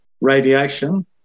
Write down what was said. radiation